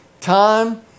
time